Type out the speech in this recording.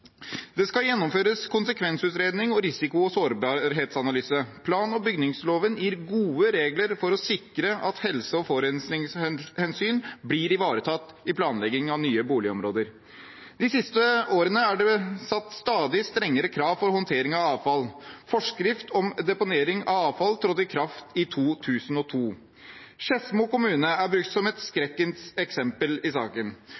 Det skal gjennomføres konsekvensutredning og risiko- og sårbarhetsanalyse. Plan- og bygningsloven gir gode regler for å sikre at helse- og forurensningshensyn blir ivaretatt i planleggingen av nye boligområder. De siste årene er det satt stadig strengere krav til håndtering av avfall. Forskrift om deponering av avfall trådte i kraft i 2002. Skedsmo kommune er brukt som et skrekkens eksempel i saken.